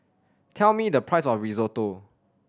tell me the price of Risotto